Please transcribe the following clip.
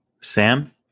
Sam